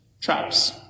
Traps